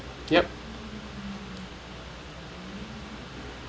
yup